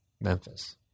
Memphis